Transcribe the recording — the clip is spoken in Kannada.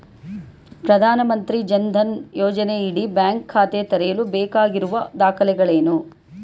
ಪ್ರಧಾನಮಂತ್ರಿ ಜನ್ ಧನ್ ಯೋಜನೆಯಡಿ ಬ್ಯಾಂಕ್ ಖಾತೆ ತೆರೆಯಲು ಬೇಕಾಗಿರುವ ದಾಖಲೆಗಳೇನು?